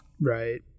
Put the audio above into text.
Right